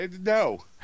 No